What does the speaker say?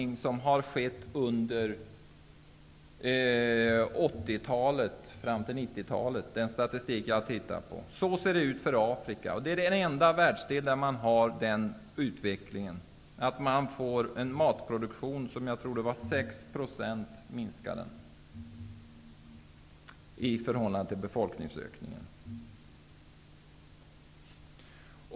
Det är vad som har skett under 80-talet fram till 90-talet. Det visar den statistik som jag har tittat på. Så ser det ut i Afrika, som är den enda världsdelen med den utvecklingen. Matproduktionen minskar med 6 % i förhållande till befolkningsökningen.